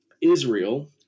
Israel